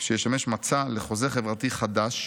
שישמש מצע לחוזה חברתי חדש,